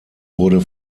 wurde